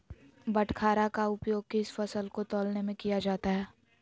बाटखरा का उपयोग किस फसल को तौलने में किया जाता है?